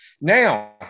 Now